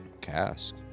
cask